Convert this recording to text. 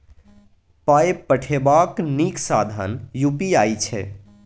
पाय पठेबाक नीक साधन यू.पी.आई छै